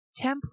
template